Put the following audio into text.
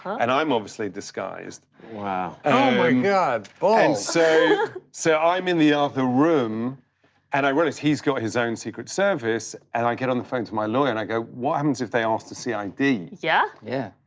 and i'm obviously disguised. wow. oh my god, balls. so so i'm in the other room and i realize he's got his own secret service and i get on the phone to my lawyer and i go, what happens if they ask to see id? yeah? yeah.